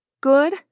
Good